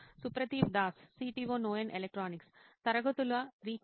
సుప్రతీవ్ Das CTO నోయిన్ electronics తరగతుల recap